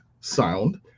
sound